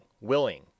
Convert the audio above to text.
willing